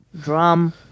drum